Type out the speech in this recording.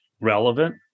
relevant